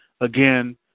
again